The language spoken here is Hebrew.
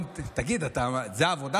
זה הלג הבא.